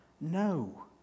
No